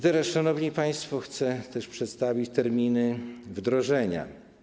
Teraz, szanowni państwo, chcę też przedstawić terminy wdrożenia.